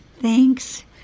Thanks